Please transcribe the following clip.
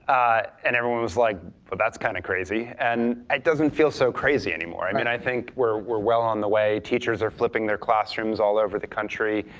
and everyone was like, well, that's kind of crazy, and it doesn't feel so crazy anymore. i mean, i think we're we're well on the way. teachers are flipping their classrooms all over the country.